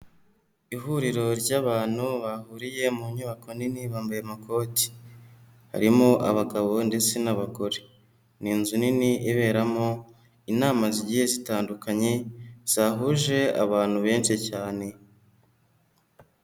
Ihuriro ry'abantu bahuriye mu nyubako nini bambaye amakoti, harimo abagabo ndetse n'abagore, ni inzu nini iberamo inama zigiye zitandukanye, zahuje abantu benshi cyane.